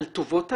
על טובות הנאה,